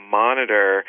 monitor